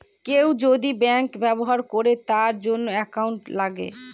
কেউ যদি ব্যাঙ্ক ব্যবহার করে তার জন্য একাউন্ট লাগে